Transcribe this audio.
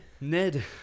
Ned